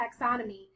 Taxonomy